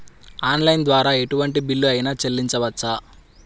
Online ద్వారా ఎటువంటి bill అయినా చెల్లించవచ్చా?